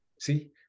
See